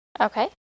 Okay